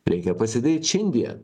reikia pasidaryt šiandien